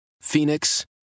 Phoenix